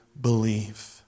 believe